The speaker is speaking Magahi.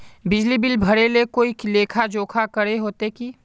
बिजली बिल भरे ले कोई लेखा जोखा करे होते की?